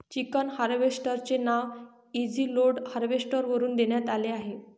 chicken harvester चे नाव easyload harvester वरून देण्यात आले आहे